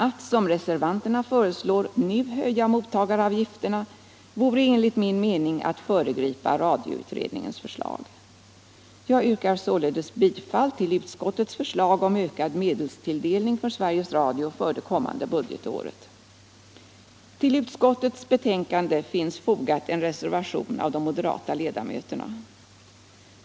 Att, som reservanterna föreslår, nu höja mottagaravgifterna vore enligt min mening också att föregripa radioutredningens förslag. Till utskottets betänkande finns fogad en reservation av de moderata ledamöterna.